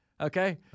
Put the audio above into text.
okay